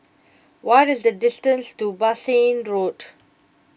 what is the distance to Bassein Road